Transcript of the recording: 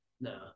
no